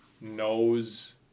knows